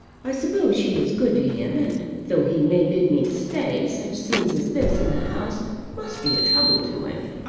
i suppose she is good to him and though he may bid me stay such scenes as this in the house must be a trouble to him.